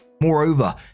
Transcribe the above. Moreover